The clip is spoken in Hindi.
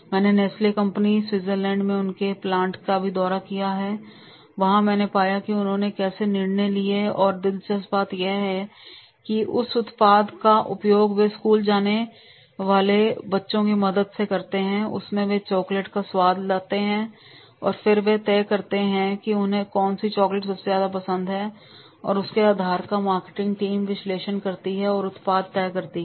मैंने नेस्ले कंपनी स्विट्जरलैंड में उनके प्लांट्स का भी दौरा किया है और वहां मैंने पाया कि उन्होंने कैसे निर्णय लिए और दिलचस्प बात यह है कि जिस उत्पाद का उपयोग वे स्कूल जाने वाले बच्चों की मदद से करते हैं उसमें वे चॉकलेट का स्वाद लाते हैं और फिर वे तय करते हैं कि उन्हें कौन सी चॉकलेट सबसे ज्यादा पसंद है और उसके आधार पर मार्केटिंग टीम विश्लेषण करती है और उत्पाद तय करती है